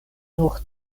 nur